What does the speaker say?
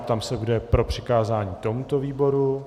Ptám se, kdo je pro přikázání tomuto výboru.